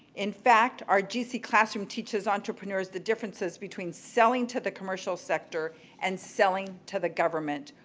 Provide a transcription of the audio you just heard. in fact, our gc classroom teaches entrepreneurs the differences between selling to the commercial sector and selling to the government.